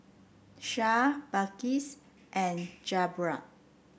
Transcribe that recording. Shah Balqis and Zamrud